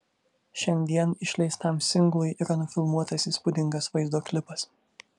šiandien išleistam singlui yra nufilmuotas įspūdingas vaizdo klipas